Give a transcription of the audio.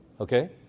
okay